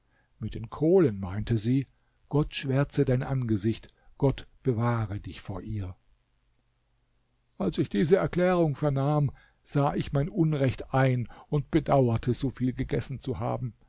mit den kohlen meinte sie gott schwärze dein angesicht gott bewahre dich vor ihr als ich diese erklärung vernahm sah ich mein unrecht ein und bedauerte so viel gegessen zu haben